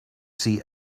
see